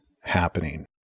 happening